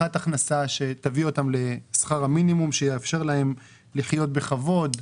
הבטחת הכנסה שתביא אותם לשכר המינימום שיאפשר להם לחיות בכבוד.